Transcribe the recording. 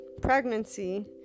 pregnancy